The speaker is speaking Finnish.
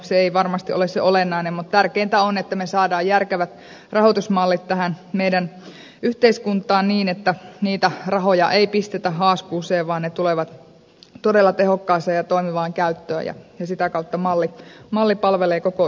se ei varmasti ole se olennainen kysymys mutta tärkeintä on että me saamme järkevät rahoitusmallit tähän meidän yhteiskuntaamme niin että niitä rahoja ei pistetä haaskuuseen vaan ne tulevat todella tehokkaaseen ja toimivaan käyttöön ja sitä kautta malli palvelee koko yhteiskuntaa